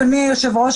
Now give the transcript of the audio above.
אדוני היושב-ראש,